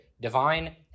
divine